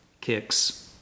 kicks